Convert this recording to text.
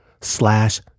slash